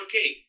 Okay